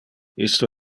isto